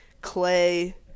Clay